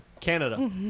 Canada